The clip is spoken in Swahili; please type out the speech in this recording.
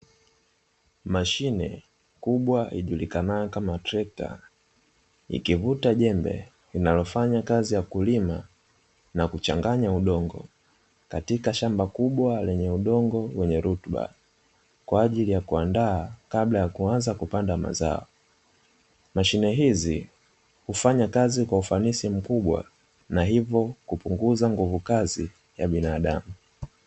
Mashine kubwa ijulikanayo kama trekta, ikivuta jembe inayofanya kazi ya kulima na kuchanganya udongo katika shamba kubwa lenye udongo wenye rutuba, kwa ajili ya kuandaa kabla ya kuanza kupanda mazao mashine hizi kufanya kazi kwa ufanisi mkubwa na hivyo kupunguza nguvu kazi ya binadamu.